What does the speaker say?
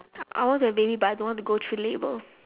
I want to have baby but I don't want to go through labour